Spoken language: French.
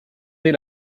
dès